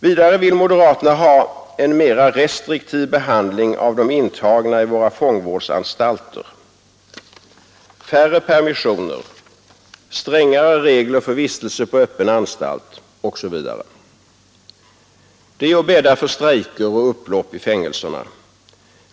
Vidare vill moderaterna ha en mera restriktiv behandling av de intagna i våra fångvårdsanstalter, färre permissioner, strängare regler för vistelse Det är att bädda för strejker och upplopp i fängelserna.